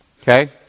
Okay